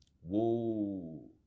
Whoa